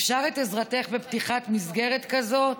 אפשר את עזרתך בפתיחת מסגרת כזו?